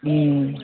उम